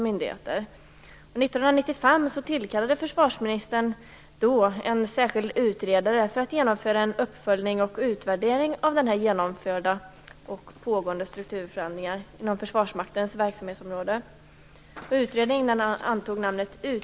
År 1995 tillkallade försvarsministern en särskild utredare som skulle följa upp och utvärdera genomförda och pågående strukturförändringar inom Försvarsmaktens verksamhetsområde.